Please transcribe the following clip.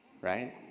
right